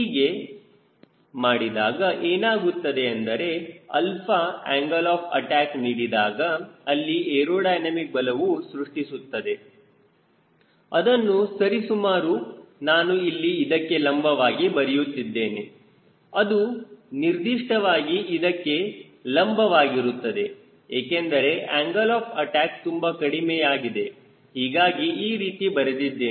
ಹೀಗೆ ಮಾಡಿದಾಗ ಏನಾಗುತ್ತದೆ ಎಂದರೆ ಆಂಗಲ್ ಆಫ್ ಅಟ್ಯಾಕ್ ನೀಡಿದಾಗ ಅಲ್ಲಿ ಏರೋಡೈನಮಿಕ್ ಬಲವು ಸೃಷ್ಟಿಸುತ್ತದೆ ಅದನ್ನು ಸರಿಸುಮಾರಾಗಿ ನಾನು ಇಲ್ಲಿ ಇದಕ್ಕೆ ಲಂಬವಾಗಿ ಬರೆಯುತ್ತಿದ್ದೇನೆ ಅದು ನಿರ್ದಿಷ್ಟವಾಗಿ ಇದಕ್ಕೆ ನಂಬ ವಾಗಿರುತ್ತದೆ ಏಕೆಂದರೆ ಆಂಗಲ್ ಆಫ್ ಅಟ್ಯಾಕ್ ತುಂಬಾ ಕಡಿಮೆಯಾಗಿದೆ ಹೀಗಾಗಿ ಈ ರೀತಿ ಬರೆದಿದ್ದೇನೆ